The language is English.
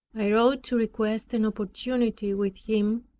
i wrote to request an opportunity with him,